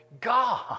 God